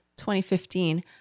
2015